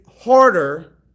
harder